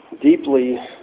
Deeply